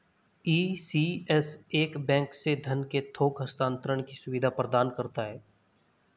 ECS एक bank से धन के थोक हस्तांतरण की सुविधा प्रदान करता है